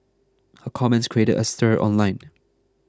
her comments created a stir online